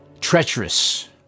treacherous